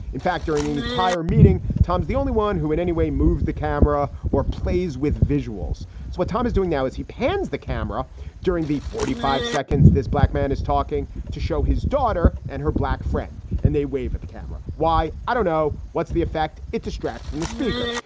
in fact, during the entire meeting, tom is the only one who in any way moved the camera or plays with visuals. it's what tom is doing now as he pans the camera during the forty five seconds this black man is talking to show his daughter and her black friend and they wave at the camera. why? i don't know. what's the effect? it distracts from the speaker.